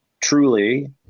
truly